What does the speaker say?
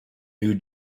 new